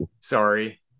Sorry